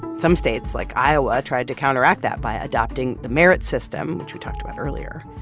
some states, like iowa, tried to counteract that by adopting the merit system, which we talked about earlier,